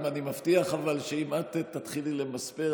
אבל אני מבטיח שאם את תתחילי למספר,